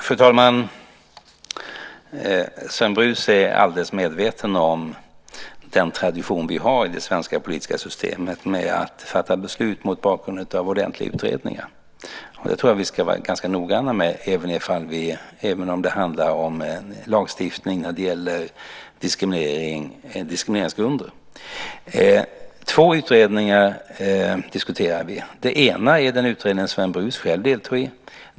Fru talman! Sven Brus är alldeles medveten om den tradition som vi har i det svenska politiska systemet av att fatta beslut mot bakgrund av ordentliga utredningar. Det tror jag att vi ska vara ganska noggranna med även om det handlar om en lagstiftning när det gäller diskrimineringsgrunder. Två utredningar diskuterar vi. Den ena är den utredning som Sven Brus själv deltog i.